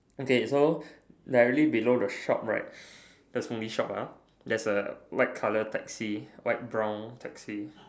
okay so directly below the shop right that's the only shop ah there's a white colour taxi white brown taxi